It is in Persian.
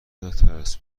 نترس